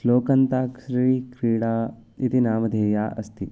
श्लोकन्ताक्ष्री क्रीडा इति नामधेया अस्ति